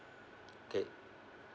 okay